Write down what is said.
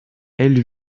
elle